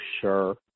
sure